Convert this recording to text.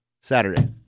Saturday